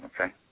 okay